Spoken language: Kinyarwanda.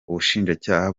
ubushinjacyaha